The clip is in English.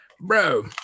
Bro